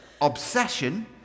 obsession